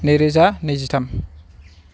नैरोजा नैजिथाम